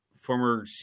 former